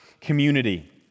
community